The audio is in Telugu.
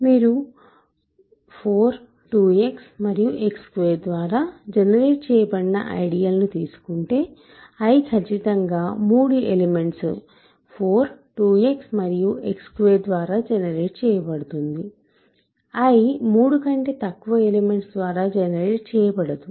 మీరు 4 2 X మరియు X2 ద్వారా జనరేట్ చేయబడిన ఐడియల్ను తీసుకుంటే I ఖచ్చితంగా మూడు ఎలిమెంట్స్ 4 2X మరియు X2 ద్వారా జనరేట్ చేయబడుతుంది I మూడు కంటే తక్కువ ఎలిమెంట్స్ ద్వారా జనరేట్ చేయబడదు